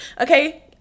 Okay